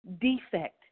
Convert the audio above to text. defect